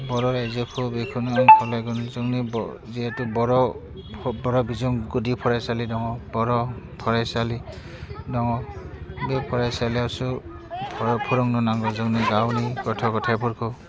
बर' राज्यखौ बेखौनो आं खावलायगोन जोंनि बर' जिहेथु बर' बर' बिजों गुदि फरायसालि दङ बर' फरायसालि दङ बे फरायसालियावसो ओह फोरोंनो नांगौ जोंनि गावनि गथ' गथायफोरखौ